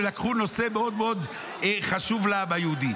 ולקחו נושא מאוד מאוד חשוב לעם היהודי.